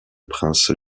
prince